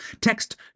Text